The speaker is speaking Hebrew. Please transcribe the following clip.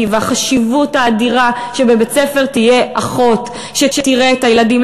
והחשיבות האדירה בכך שבבית-ספר תהיה אחות שתראה את הילדים,